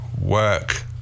work